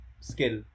skill